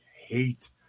hate